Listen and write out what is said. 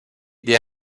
des